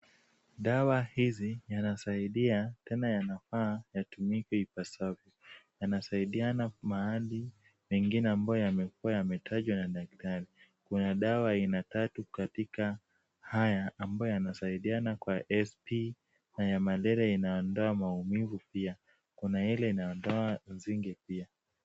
Dawa hizi yanasaidia tena yanafaa yatumike ipasavyo. Yanasaidiana mahali mengine ambayo yamekuwa yametajwa na daktari. Kuna dawa aina tatu katika haya ambayo yanasaidiana kwa SP na ya malaria inaondoa maumivu pia. Kuna ile inaondoa nzige pia.